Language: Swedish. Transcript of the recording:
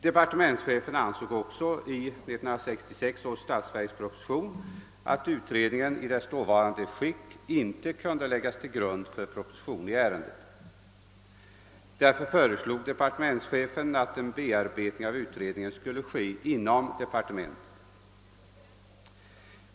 Departementschefen ansåg också i 1966 års statsverksproposition att utredningen i dess dåvarande skick inte kunde läggas till grund för en proposition i ärendet. Därför föreslog departementschefen att en bearbetning av utredningen skulle företagas inom departementet.